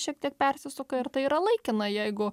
šiek tiek persisuka ir tai yra laikina jeigu